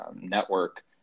network